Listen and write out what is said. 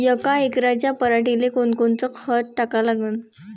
यका एकराच्या पराटीले कोनकोनचं खत टाका लागन?